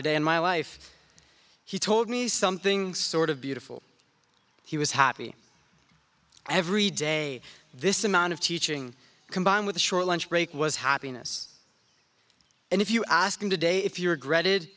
a day in my life he told me something sort of beautiful he was happy every day this amount of teaching combined with a short lunch break was happiness and if you ask him today if you were granted